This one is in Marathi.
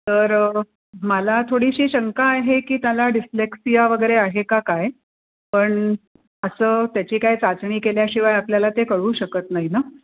तर मला थोडीशी शंका आहे की त्याला डिस्लेक्सिया वगैरे आहे का काय पण असं त्याची काय चाचणी केल्याशिवाय आपल्याला ते कळू शकत नाही नं